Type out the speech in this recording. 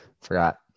forgot